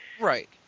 Right